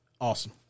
Awesome